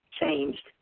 changed